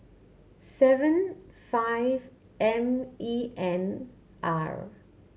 seven five M E N R